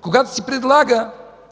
когато се предлага